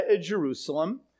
Jerusalem